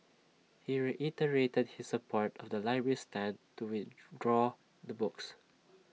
he reiterated his support of the library's stand to withdraw the books